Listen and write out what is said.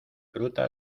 fruta